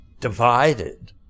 ...divided